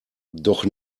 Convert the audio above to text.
doch